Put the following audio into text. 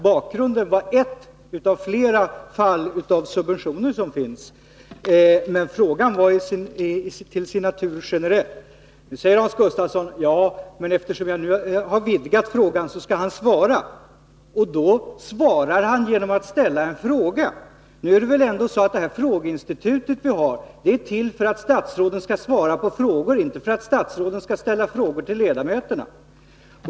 Bakgrunden var ett av flera fall där det har givits subventioner, men frågan var till sin natur generell. Nu säger Hans Gustafsson att eftersom jag har vidgat frågan skall han svara, och då svarar han genom att ställa en fråga till mig. Nu är det väl så att frågeinstitutet är till för att statsråden skall svara på frågor, inte för att statsråden skall ställa frågor till ledamöterna.